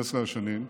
15 השנים,